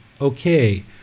okay